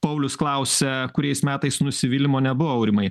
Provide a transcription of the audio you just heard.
paulius klausia kuriais metais nusivylimo nebuvo aurimai